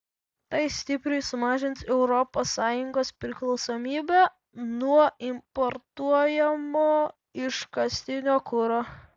tai stipriai sumažins europos sąjungos priklausomybę nuo importuojamo iškastinio kuro